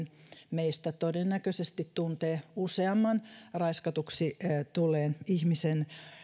meistä todennäköisesti tuntee useamman raiskatuksi tulleen ihmisen